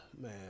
Man